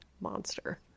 monster